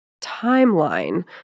timeline